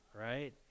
right